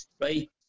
right